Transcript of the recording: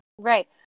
Right